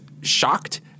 shocked